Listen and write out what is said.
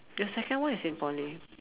your second one is in Poly